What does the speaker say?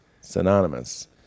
synonymous